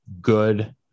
good